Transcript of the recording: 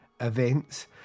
events